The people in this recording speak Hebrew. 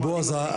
בועז,